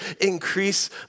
increase